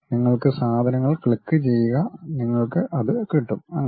നിങ്ങൾക്ക് സാധനങ്ങൾ ക്ലിക്കു ചെയ്യുക നിങ്ങൾക്ക് അത് കിട്ടും അങ്ങനെ